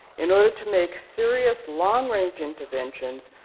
in order to make serious, long-range interventions,